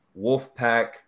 Wolfpack